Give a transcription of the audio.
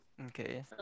Okay